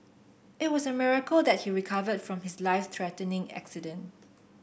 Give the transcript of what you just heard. it was a miracle that he recovered from his life threatening accident